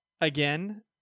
Again